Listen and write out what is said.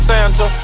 Santa